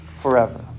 forever